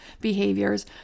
behaviors